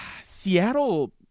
Seattle